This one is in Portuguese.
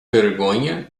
vergonha